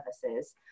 services